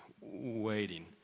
waiting